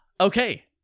okay